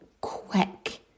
quick